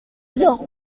bien